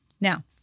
Now